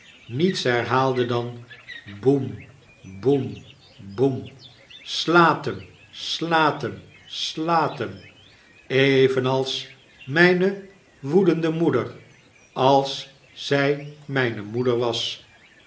niets herhaalde dan boem boem boem slaat em slaat em slaat em evenals mijne woedende moeder als zijmijne moeder was